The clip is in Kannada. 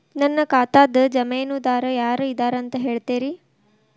ನನ್ನ ಖಾತಾದ್ದ ಜಾಮೇನದಾರು ಯಾರ ಇದಾರಂತ್ ಹೇಳ್ತೇರಿ?